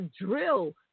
drill